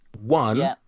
One